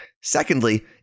Secondly